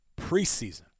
preseason